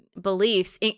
beliefs